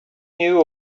knew